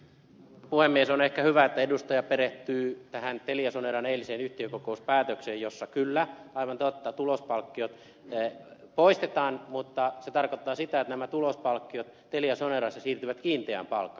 on ehkä hyvä että edustaja perehtyy tähän teliasoneran eiliseen yhtiökokouspäätökseen jossa kyllä aivan totta tulospalkkiot poistetaan mutta se tarkoittaa sitä että nämä tulospalkkiot teliasonerassa siirtyvät kiinteään palkkaan